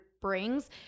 brings